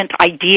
idea